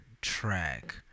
track